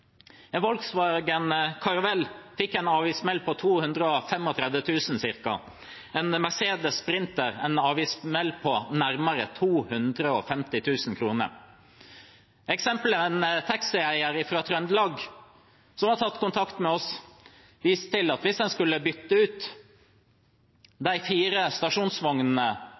En Volkswagen Caravelle fikk en avgiftssmell på ca. 235 000 kr. En Mercedes Sprinter fikk en avgiftssmell på nærmere 250 000 kr. Eksempelet fra en taxieier fra Trøndelag som har tatt kontakt med oss, viser at hvis han skulle byttet ut de fire stasjonsvognene